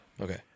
okay